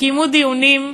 שקיימו דיונים,